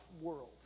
world